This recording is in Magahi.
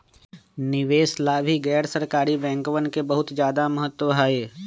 निवेश ला भी गैर सरकारी बैंकवन के बहुत ज्यादा महत्व हई